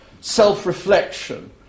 Self-reflection